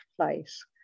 place